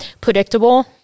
Predictable